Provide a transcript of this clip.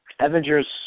Avengers